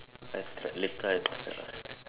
I try later I try